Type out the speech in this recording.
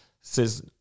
says